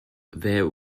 there